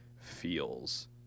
feels